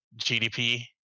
GDP